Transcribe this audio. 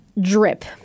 Drip